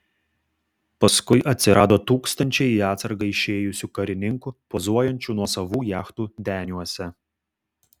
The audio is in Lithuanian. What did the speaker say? paskui atsirado tūkstančiai į atsargą išėjusių karininkų pozuojančių nuosavų jachtų deniuose